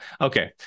Okay